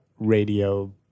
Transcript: Radio